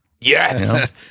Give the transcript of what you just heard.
Yes